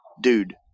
dude